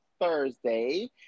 Thursday